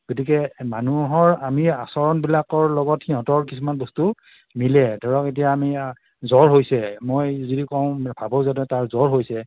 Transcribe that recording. গতিকে মানুহৰ আমি আচৰণবিলাকৰ লগত সিহঁতৰ কিছুমান বস্তু মিলে ধৰক এতিয়া আমি জ্বৰ হৈছে মই যদি কওঁ ভাবো যে তাৰ জ্বৰ হৈছে